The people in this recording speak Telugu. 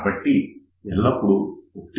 కాబట్టి ఎల్లప్పుడు 1